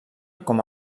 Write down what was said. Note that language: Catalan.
com